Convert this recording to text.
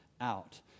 out